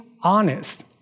honest